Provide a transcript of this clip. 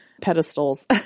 pedestals